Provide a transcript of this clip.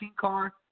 car